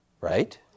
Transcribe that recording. Right